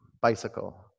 Bicycle